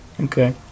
Okay